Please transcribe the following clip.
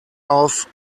auf